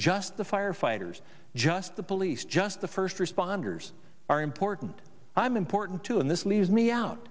just the firefighters just the police just the first responders are important i'm important too and this leaves me out